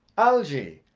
algy!